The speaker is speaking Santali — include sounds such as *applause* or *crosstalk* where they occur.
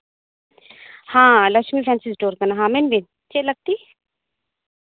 ᱦᱮᱸ ᱞᱚᱪᱷᱢᱤ *unintelligible* ᱥᱴᱳᱨ ᱠᱟᱱᱟ ᱦᱮᱸ ᱢᱮᱱ ᱵᱤᱱ ᱪᱮᱫ ᱞᱟᱹᱠᱛᱤ